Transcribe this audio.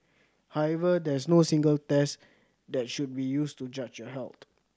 however there is no single test that should be used to judge your health